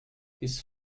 his